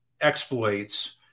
exploits